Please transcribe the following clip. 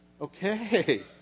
Okay